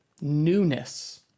newness